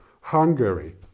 Hungary